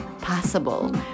possible